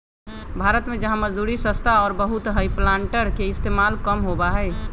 भारत में जहाँ मजदूरी सस्ता और बहुत हई प्लांटर के इस्तेमाल कम होबा हई